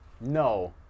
No